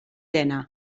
dena